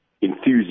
enthusiasm